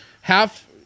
half